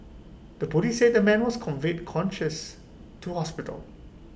the Police said the man was conveyed conscious to hospital